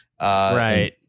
Right